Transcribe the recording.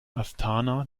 astana